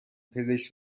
پزشک